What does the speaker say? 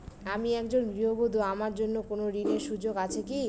আমি একজন গৃহবধূ আমার জন্য কোন ঋণের সুযোগ আছে কি?